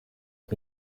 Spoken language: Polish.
jak